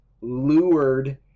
lured